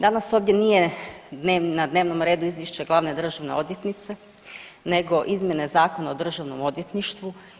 Danas ovdje nije na dnevnom redu izvješće glavne državne odvjetnice, nego izmjene Zakona o državnom odvjetništvu.